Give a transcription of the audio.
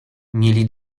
mieli